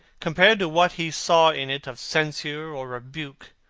compared to what he saw in it of censure or rebuke,